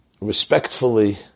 respectfully